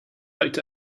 picked